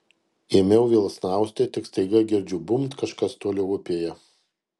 ėmiau vėl snausti tik staiga girdžiu bumbt kažkas toli upėje